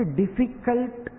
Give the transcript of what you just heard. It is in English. difficult